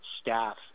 staff